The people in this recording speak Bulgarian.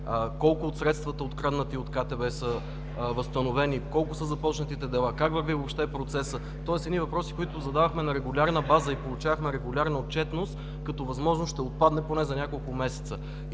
колко от средствата, откраднати от КТБ, са възстановени, колко са започнатите дела, как върви въобще процесът, едни въпроси, които задавахме на регулярна база и получавахме регулярна отчетност, като възможност ще отпадне поне за няколко месеца.